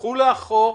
ילכו לאחור,